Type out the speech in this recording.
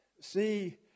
see